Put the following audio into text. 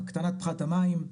הקטנת פחת המים,